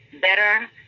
Better